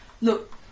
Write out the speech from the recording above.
Look